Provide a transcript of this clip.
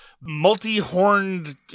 multi-horned